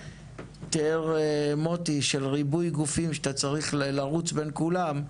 שתיאר מוטי של ריבוי גופים שאתה צריך לרוץ בין כולם,